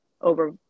over